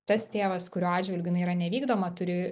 tas tėvas kurio atžvilgiu jinai yra nevykdoma turi